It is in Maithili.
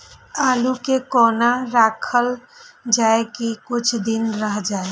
आलू के कोना राखल जाय की कुछ दिन रह जाय?